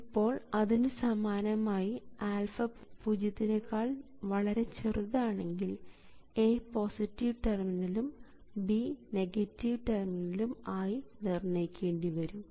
ഇപ്പോൾ ഇതിന് സമാനമായി α പൂജ്യത്തിനെക്കാൾ വളരെ ചെറുതാണെങ്കിൽ A പോസിറ്റീവ് ടെർമിനൽ ആയും B നെഗറ്റീവ് ടെർമിനൽ ആയും നിർണ്ണയിക്കേണ്ടിവരും